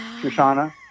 Shoshana